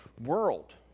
world